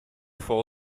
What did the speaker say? full